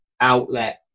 outlet